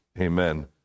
Amen